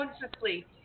consciously